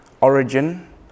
Origin